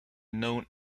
known